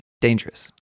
dangerous